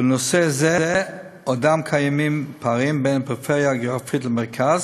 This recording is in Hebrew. בנושא זה עדיין קיימים פערים בין הפריפריה הגיאוגרפית למרכז,